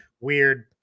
weird